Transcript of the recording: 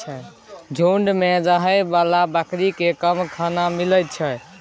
झूंड मे रहै बला बकरी केँ कम खाना मिलइ छै